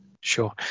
Sure